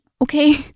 okay